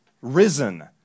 risen